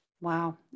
Wow